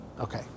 Okay